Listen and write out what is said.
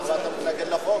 בגלל זה אתה מתנגד לחוק?